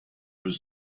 was